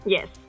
Yes